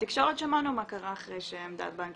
בתקשורת שמענו מה קרה אחרי שעמדת בנק